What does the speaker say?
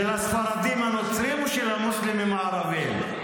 של הספרדים הנוצרים או של המוסלמים הערבים?